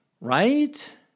right